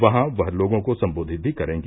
वहां वह लोगों को सम्बोधित भी करेंगी